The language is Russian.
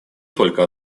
только